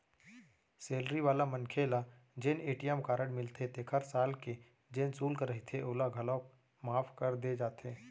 salary वाला मनखे ल जेन ए.टी.एम कारड मिलथे तेखर साल के जेन सुल्क रहिथे ओला घलौक माफ कर दे जाथे